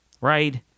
Right